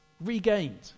regained